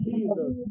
Jesus